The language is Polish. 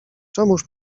czemuż